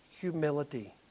humility